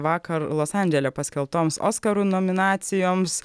vakar los andžele paskelbtoms oskarų nominacijoms